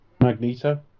Magneto